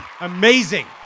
Amazing